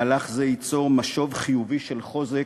מהלך זה ייצור משוב חיובי של חוזק,